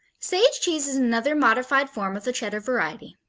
sage cheese is another modified form of the cheddar variety.